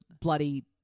bloody